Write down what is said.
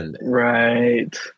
Right